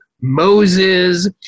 Moses